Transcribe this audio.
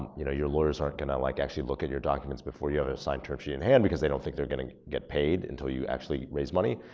you know your lawyers aren't gonna like actually look at your documents before you have a signed terms sheet in hand because they don't think they're gonna get paid until you actually raise money.